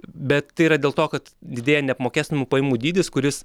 bet tai yra dėl to kad didėja neapmokestinamų pajamų dydis kuris